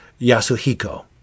Yasuhiko